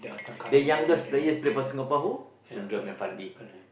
the youngest player play for Singapore who Sundram Irfandi